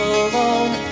alone